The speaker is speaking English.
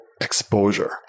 exposure